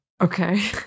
okay